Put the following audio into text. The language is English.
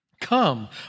Come